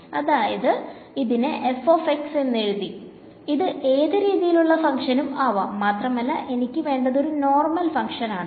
അതായത് ഇതിനെ എന്നെഴുതി ഇത് ഏത് രീതിയിൽ ഉള്ള ഫങ്ക്ഷനും ആവാം മാത്രമല്ല എനിക്ക് വേണ്ടത് ഒരു നോർമൽ ആണ്